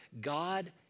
God